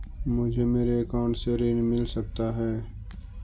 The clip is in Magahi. मुझे मेरे अकाउंट से ऋण मिल सकता है?